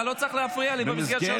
אתה לא צריך להפריע לי במסגרת שלוש הדקות.